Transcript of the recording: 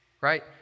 Right